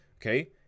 okay